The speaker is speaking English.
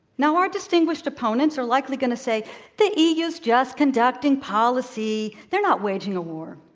now, our distinguished opponents are likely going to say the e. u. is just conducting policy. they're not waging a war.